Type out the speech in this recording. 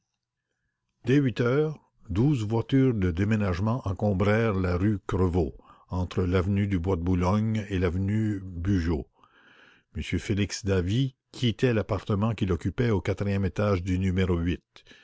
ès huit heures du matin douze voitures de déménagement encombrèrent la rue crevaux entre l'avenue du bois de boulogne et l'avenue bugeaud m félix davey quittait l'appartement qu'il occupait au quatrième étage du n